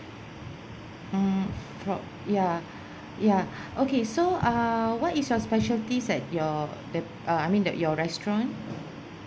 mm ya ya okay so ah what is your specialties that your the uh I mean that your restaurant